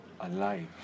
alive